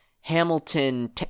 hamilton